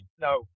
No